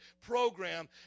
program